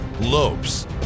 Lopes